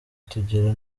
tugira